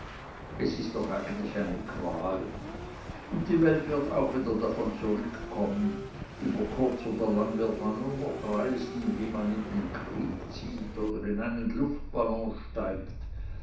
es ist doch eigentlich eine qual und die welt wird auch wieder davon zurückkommen über kurz oder lang wird man nur noch reisen wie man in den krieg zieht oder in einen luftballon steigt